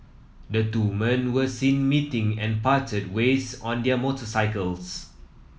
the two men were seen meeting and parted ways on their motorcycles